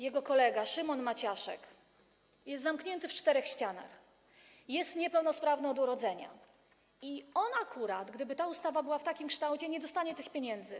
Jego kolega Szymon Maciaszek jest zamknięty w czterech ścianach, jest niepełnosprawny od urodzenia i on akurat, gdyby ta ustawa była w takim kształcie, nie dostanie tych pieniędzy.